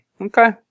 Okay